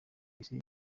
isi